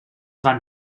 van